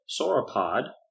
sauropod